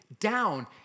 down